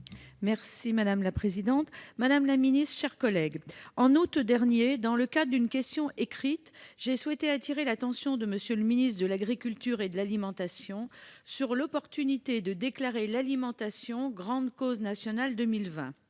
Madame la présidente, madame la secrétaire d'État, mes chers collègues, en août dernier, dans le cadre d'une question écrite, j'ai tâché d'attirer l'attention de M. le ministre de l'agriculture et de l'alimentation sur l'opportunité de déclarer l'alimentation « grande cause nationale 2020